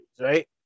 right